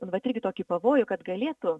vat irgi tokį pavojų kad galėtų